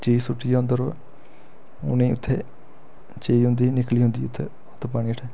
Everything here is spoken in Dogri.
चीज़ सुट्टी दी ओह्दे उप्पर उ'नें गी उत्थें चीज़ होंदी न निकली जंदी उत्थें उत्त पानी हेठ